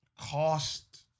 Cost